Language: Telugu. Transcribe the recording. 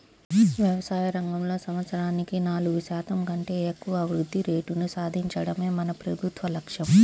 వ్యవసాయ రంగంలో సంవత్సరానికి నాలుగు శాతం కంటే ఎక్కువ వృద్ధి రేటును సాధించడమే మన ప్రభుత్వ లక్ష్యం